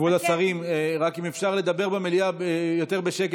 כבוד השרים, רק אם אפשר לדבר במליאה יותר בשקט.